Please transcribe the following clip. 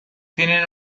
tienen